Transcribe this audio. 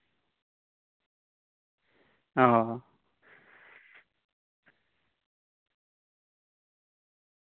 ᱚ